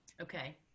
Okay